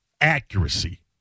accuracy